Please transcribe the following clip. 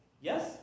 Yes